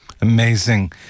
Amazing